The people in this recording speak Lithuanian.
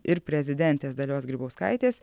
ir prezidentės dalios grybauskaitės